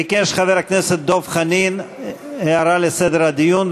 ביקש חבר הכנסת דב חנין הערה לסדר הדיון,